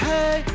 Hey